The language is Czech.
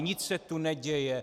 Nic se tu neděje.